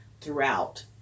throughout